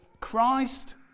Christ